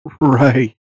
Right